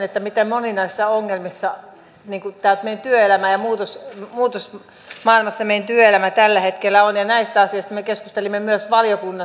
tämä keskustelu on oikeastaan osoittanut sen miten moninaisissa ongelmissa ja muutosmaailmassa meidän työelämämme tällä hetkellä on ja näistä asioista me keskustelimme valiokunnassakin